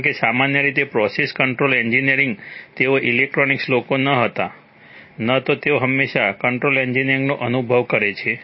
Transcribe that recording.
કારણ કે સામાન્ય રીતે પ્રોસેસ કંટ્રોલ એન્જિનિયર્સ તેઓ ઇલેક્ટ્રોનિક્સ લોકો નથી હોતા ન તો તેઓ હંમેશા કંટ્રોલ એન્જિનિયર્સનો અનુભવ કરે છે